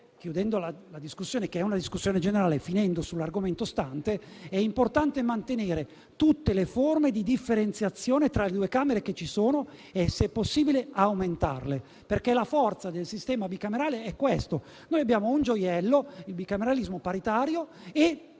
chiudendo la discussione, che è in generale, e finendo sull'argomento stante, è importante mantenere tutte le forme di differenziazione che ci sono tra le due Camere e, se possibile aumentarle, perché la forza del sistema bicamerale è questa. Abbiamo un gioiello, il bicameralismo paritario, ed